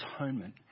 Atonement